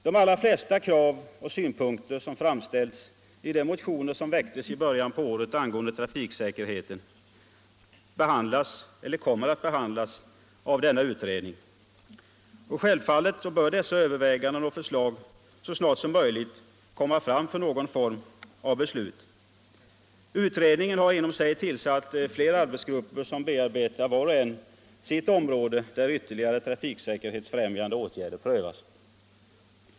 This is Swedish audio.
De allra flesta krav och synpunkter som framförts i de motioner som väcktes i början på året angående trafiksäkerheten behandlas eller kommer att behandlas av denna utredning. Självfallet bör dessa överväganden och förslag så snart som möjligt komma fram för någon form av beslut. Utredningen har inom sig tillsatt flera arbetsgrupper som bearbetar var och en sitt område, där ytterligare trafiksäkerhetsfrämjande åtgärder prövas.